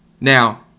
Now